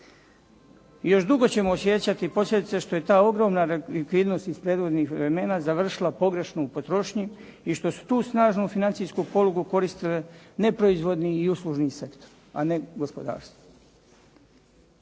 Još dugo ćemo osjećati posljedice što je ta ogromna likvidnost iz prethodnih vremena završila pogrešno u potrošnji i što su tu snažnu financijsku polugu koristile neproizvodni i uslužni sektor a ne gospodarstvo.